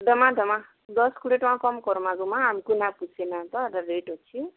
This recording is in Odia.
ଦମା ଦମା ଦଶ କୋଡ଼ିଏ ଟଙ୍କା କମ୍ କର୍ମା ଜମା ରେଟ୍ ଅଛି